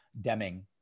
Deming